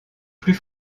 plus